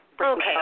Okay